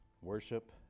worship